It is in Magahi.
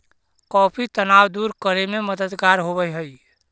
कॉफी तनाव दूर करे में मददगार होवऽ हई